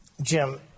Jim